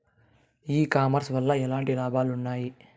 ఈ కామర్స్ వల్ల ఎట్లాంటి లాభాలు ఉన్నాయి?